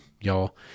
y'all